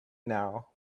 now